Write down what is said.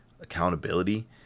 accountability